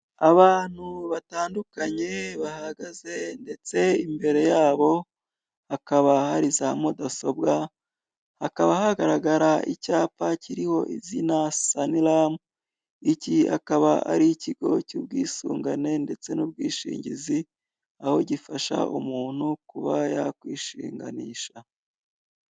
Abantu batandukanye bahagaze ndetse imbere yabo hakaba hari za mudasobwa hakaba hagaragara icyapa cyiriho izina saniramu, iki akaba ari ikigo cy'ubwisungane ndetse n'ubwishingizi, aho gifasha umuntu kuba yakwishinganisha.